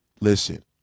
listen